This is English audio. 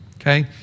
Okay